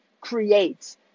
creates